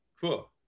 cool